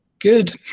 good